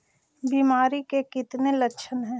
बीमारी के कितने लक्षण हैं?